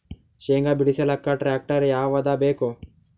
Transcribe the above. ಶೇಂಗಾ ಬಿಡಸಲಕ್ಕ ಟ್ಟ್ರ್ಯಾಕ್ಟರ್ ಯಾವದ ಬೇಕು?